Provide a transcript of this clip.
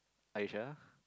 Aisha